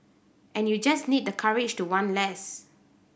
and you just need the courage to want less